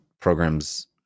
programs